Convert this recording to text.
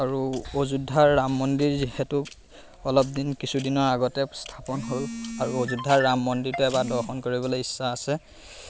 আৰু অযোধ্যাৰ ৰাম মন্দিৰ যিহেতু অলপ দিন কিছুদিনৰ আগতে স্থাপন হ'ল আৰু অযোধ্যাৰ ৰাম মন্দিৰটোৱে এবাৰ দৰ্শন কৰিবলৈ ইচ্ছা আছে